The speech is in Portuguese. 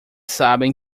sabem